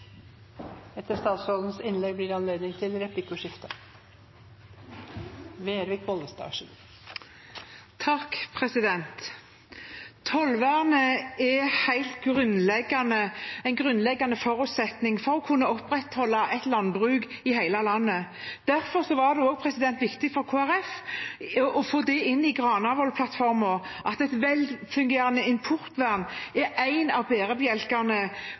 grunnleggende forutsetning for å kunne opprettholde et landbruk i hele landet. Derfor var det viktig for Kristelig Folkeparti å få inn i Granavolden-plattformen at et velfungerende importvern er en av